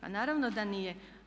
A naravno da nije.